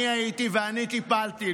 אני הייתי ואני טיפלתי.